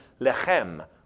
lechem